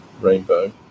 Rainbow